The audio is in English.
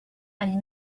and